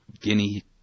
guinea